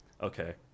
Okay